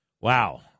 Wow